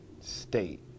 state